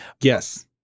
yes